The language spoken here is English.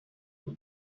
but